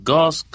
God's